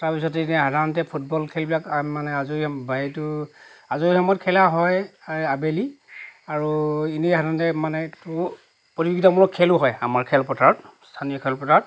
তাৰ পিছতে এনেই সাধাৰণতে ফুটবল খেলবিলাক মানে আজৰি এইটো আজৰি সময়ত খেলা হয় আবেলি আৰু এনেই সাধাৰণতে মানে তোৰ প্ৰতিযোগিতামূলক খেলো হয় আমাৰ খেল পথাৰত স্থানীয় খেল পথাৰত